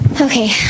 Okay